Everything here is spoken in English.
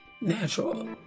natural